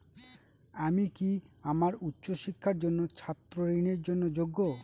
আমি কি আমার উচ্চ শিক্ষার জন্য ছাত্র ঋণের জন্য যোগ্য?